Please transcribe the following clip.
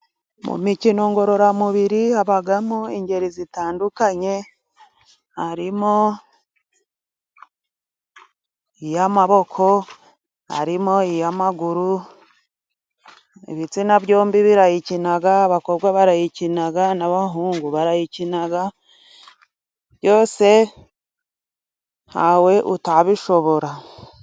Mu mikino ngororamubiri habamo ingeri zitandukanye， harimo iy'amaboko， harimo iy'amaguru， ibitsina byombi birayikina，abakobwa barayikina n'abahungu barayikina， byose ntawe utabishobora.